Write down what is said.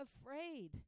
afraid